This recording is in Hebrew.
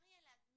שאפשר יהיה להזמין